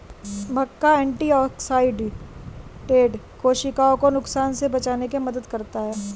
मक्का antioxidant कोशिकाओं को नुकसान से बचाने में मदद करता है